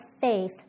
faith